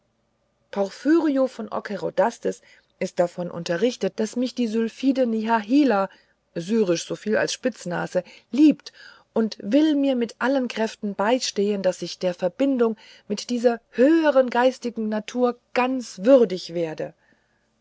porphyrio von ockerodastes ist davon unterrichtet daß mich die sylphide nehahilah syrisch soviel als spitznase liebt und will mir mit allen kräften beistehen daß ich der verbindung mit dieser höheren geistigen natur ganz würdig werde